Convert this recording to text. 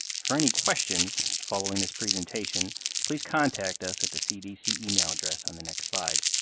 for any questions following this presentation please contact us at the cdc email address on the next slide.